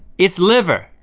it's liver!